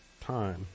time